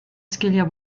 sgiliau